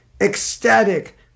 ecstatic